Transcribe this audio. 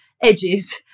edges